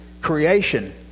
creation